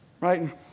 right